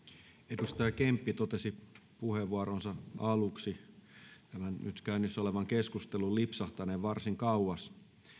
edustaja kemppi totesi puheenvuoronsa aluksi tämän nyt käynnissä olevan keskustelun lipsahtaneen varsin kauas